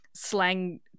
Slang